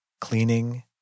cleaning